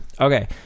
okay